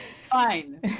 fine